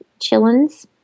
chillins